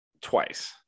twice